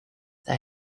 then